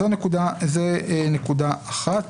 אז זו נקודה אחת.